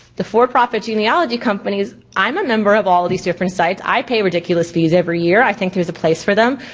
the for-profit genealogy companies, i'm a member of all of these different sites, i pay ridiculous fees every year, i think there's a place for them.